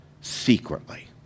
secretly